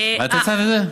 את הצעת את זה?